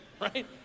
right